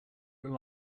rely